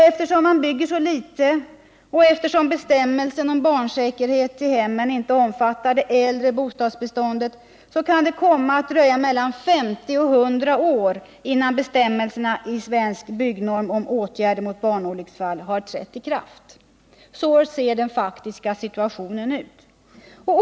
Eftersom man bygger så litet och eftersom bestämmelsen om barnsäkerhet i hemmen inte omfattar det äldre beståndet, kan det komma att dröja mellan 50 och 100 år innan bestämmelserna i Svensk byggnorm om åtgärder mot barnolycksfall har fått full verkan. Sådan är den faktiska situationen.